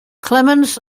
clemens